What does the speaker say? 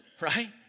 Right